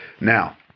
Now